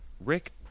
Rick